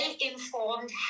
informed